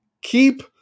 Keep